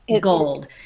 gold